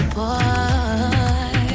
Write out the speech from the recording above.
boy